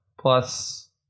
Plus